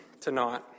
tonight